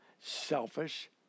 selfish